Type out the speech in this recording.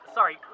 Sorry